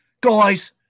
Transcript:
guys